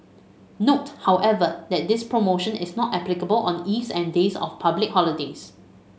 note however that this promotion is not applicable on eves and days of public holidays